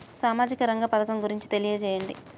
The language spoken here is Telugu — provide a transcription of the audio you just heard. సామాజిక రంగ పథకం గురించి తెలియచేయండి?